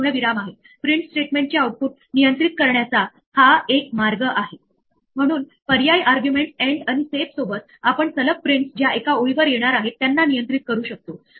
तर समजा आपण काहीतरी अंमलात आणण्यास सुरुवात करतो आपल्याकडे फंक्शन एफ ला फंक्शन कॉल आहे त्यासोबत पॅरामीटर्स वाय आणि झेड आहे हे जाणार आणि फंक्शन ची व्याख्या बघणार आणि त्या व्याख्या च्या आत मध्ये शोधणार